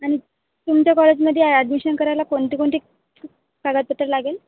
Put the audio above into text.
आणि तुमच्या कॉलेजमध्ये ॲडमिशन करायला कोणते कोणते कागदपत्रं लागेल